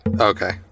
Okay